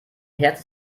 herz